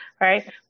right